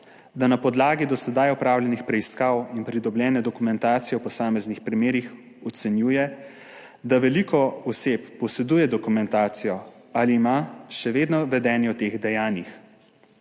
da na podlagi do sedaj opravljenih preiskav in pridobljene dokumentacije o posameznih primerih ocenjuje, da veliko oseb posreduje dokumentacijo ali ima še vedno vedenje o teh dejanjih.